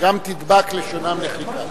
גם תדבק לשונם לחיכם.